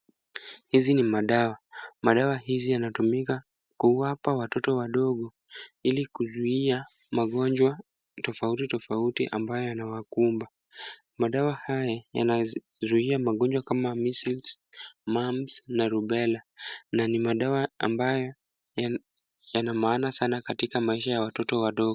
Hizi ni madawa. Madawa hizi yanatumika kuwapa watoto wadogo, ili kuzuia magonjwa tofauti tofauti ambayo yanawakumba. Madawa haya yanazuia magonjwa kama Measles, Mumps na Rubella na ni madawa ambayo yana maana sana katika maisha ya watoto wadogo.